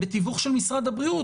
בתיווך משרד הבריאות,